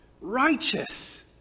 righteous